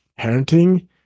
parenting